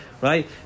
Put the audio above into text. right